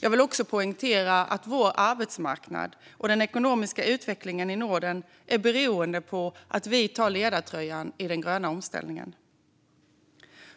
Jag vill också poängtera att vår arbetsmarknad och den ekonomiska utvecklingen i Norden är beroende av att vi tar ledartröjan i den gröna omställningen.